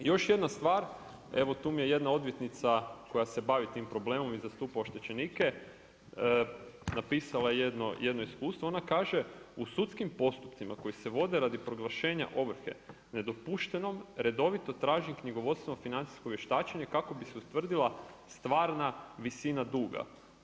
Još jedna stvar, evo tu mi je jedna odvjetnica koja se bavi tim problemom i zastupa oštećenike napisala jedno iskustvo, ona kaže u sudskim postupcima koji se vode radi proglašenja ovrhe nedopuštenom redovito tražim knjigovodstvo financijsko vještačenje kako bi se ustvrdila stvarna visina duga.